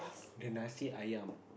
the nasi Ayam